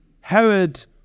Herod